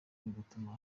bigatuma